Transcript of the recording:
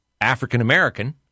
African-American